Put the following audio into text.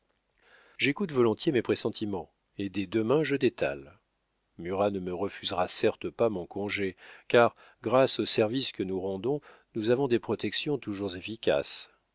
j'écoute volontiers mes pressentiments et dès demain je détale murat ne me refusera certes pas mon congé car grâce aux services que nous rendons nous avons des protections toujours efficaces